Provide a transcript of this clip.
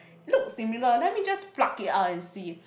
look similar let me just pluck it out and see